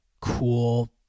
cool